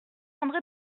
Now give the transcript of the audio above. andré